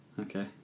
Okay